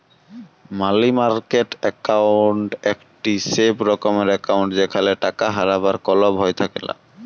মালি market account একটি safe রকমের account যেখালে টাকা হারাবার কল ভয় থাকেলা